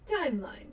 timeline